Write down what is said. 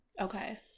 Okay